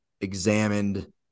examined